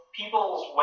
people's